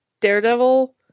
Daredevil